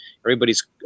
everybody's